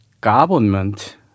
government